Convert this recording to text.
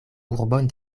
urbon